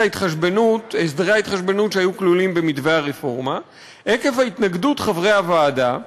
ההתחשבנות שהיו כלולים במתווה הרפורמה עקב התנגדות חברי הוועדה,